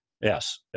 yes